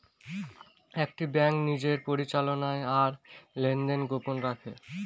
একটি ব্যাঙ্ক নিজের পরিচালনা আর লেনদেন গোপন রাখে